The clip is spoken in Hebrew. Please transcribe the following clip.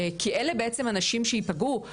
כי אלה בעצם הנשים שיפגעו,